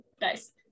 Nice